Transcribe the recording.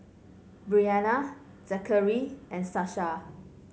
Briana Zackery and Sasha